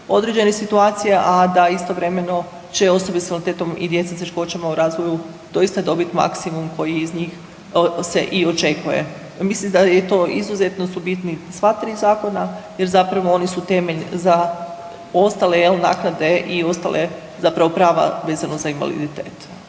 određene situacije, a da istovremeno će osobe s invaliditetom i djeca s teškoćama u razvoju doista dobiti maksimum koji iz njih se i očekuje. Mislim da je to izuzetno su bitni sva tri zakona jer zapravo oni su temelj za ostale jel naknade i ostale zapravo prava vezano za invaliditet.